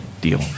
deal